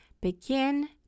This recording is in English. Begin